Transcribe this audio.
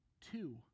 two